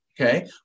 Okay